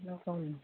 नगावनि